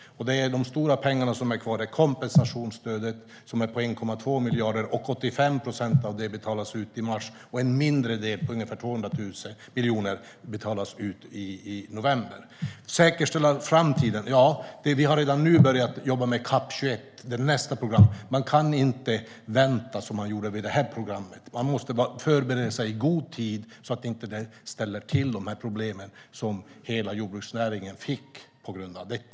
Det är de stora pengarna som återstår. Det är kompensationsstödet på 1,2 miljarder. 85 procent av det betalas ut i mars, och en mindre del, ungefär 200 miljoner, betalas ut i november. Säkerställa framtiden? Ja, vi har redan nu börjat jobba med nästa program, CAP 21. Man kan inte vänta, som man gjorde, med det här programmet. Man måste förbereda sig i god tid så att det inte ställer till med de problem som hela jordbruksnäringen fick på grund av detta.